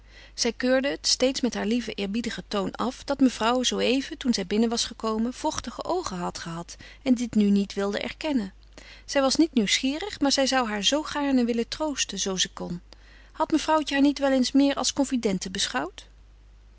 keurde het steeds met haar lieven eerbiedigen toon af dat mevrouwtje zooeven toen zij binnen was gekomen vochtige oogen had gehad en dit nu niet wilde erkennen zij was niet nieuwsgierig maar zij zou haar zoo gaarne willen troosten zoo ze kon had mevrouwtje haar niet wel eens meer als confidente beschouwd